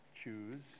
Choose